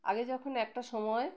আগে যখন একটা সময়